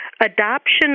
adoption